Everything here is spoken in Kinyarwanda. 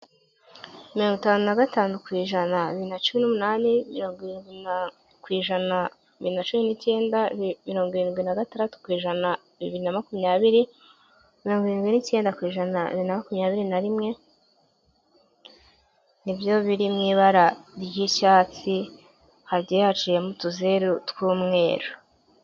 Mirongo itanu na gatanu ku ijana bibiri na cumi n'umunani mirongo irindwi ku ijana, bibiri na cumi n'icyenda mirongo irindwi na gandatu ku ijana, bibiri na makumyabiri mirongo irindwi n'icyenda ku ijana bibiri na makumyabiri na rimwe nibyo biri mu ibara ry'icyatsi hagiye haciyemo utuzeru tw'umweru.